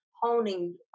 honing